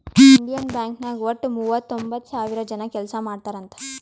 Indian Bank ನಾಗ್ ವಟ್ಟ ಮೂವತೊಂಬತ್ತ್ ಸಾವಿರ ಜನ ಕೆಲ್ಸಾ ಮಾಡ್ತಾರ್ ಅಂತ್